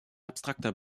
abstrakter